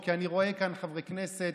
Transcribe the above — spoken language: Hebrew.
כי אני רואה כאן חברי כנסת,